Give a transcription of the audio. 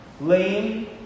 lame